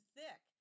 thick